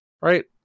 Right